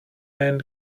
man